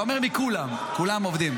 אתה אומר מכולם, כולם עובדים.